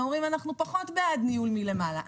אומרים: אנחנו פחות בעד ניהול מלמעלה.